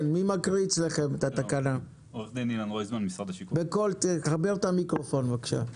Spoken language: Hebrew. לפני כן, היועצת המשפטית לוועדה, בבקשה.